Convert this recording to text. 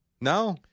no